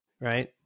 right